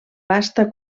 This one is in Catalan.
vasta